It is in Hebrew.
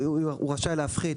--- דואר רשום לפי מען,